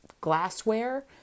glassware